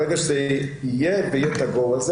ברגע שזה יהיה ויהיה את ה-GO הזה,